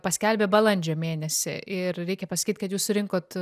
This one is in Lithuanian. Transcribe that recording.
paskelbė balandžio mėnesį ir reikia pasakyt kad jūs surinkot